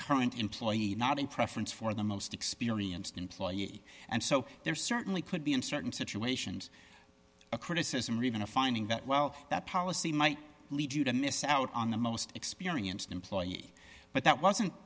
current employee not in preference for the most experienced employee and so there certainly could be in certain situations a criticism or even a finding that well that policy might lead you to miss out on the most experienced employee but that wasn't